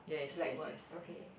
like words okay